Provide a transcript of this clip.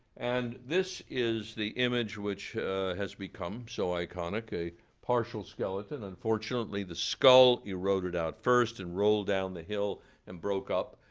and this is the image which has become so iconic, a partial skeleton. unfortunately, the skull eroded out first and rolled down the hill and broke up.